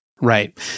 Right